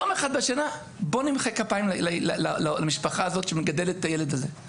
יום אחד בשנה בואו נמחא כפיים למשפחה הזאת שמגדלת את הילד הזה.